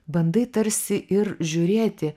bandai tarsi ir žiūrėti